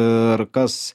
ir kas